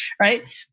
Right